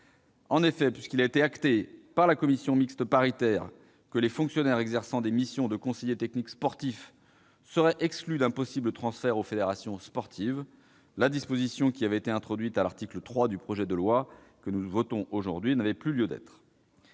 En effet, puisqu'il a été acté par la commission mixte paritaire que les fonctionnaires exerçant des missions de conseiller technique sportif seraient exclus d'un possible transfert aux fédérations sportives, la disposition qui avait été introduite à l'article 3 du projet de loi que nous votons aujourd'hui n'avait plus lieu d'être.